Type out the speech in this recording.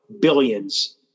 billions